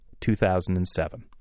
2007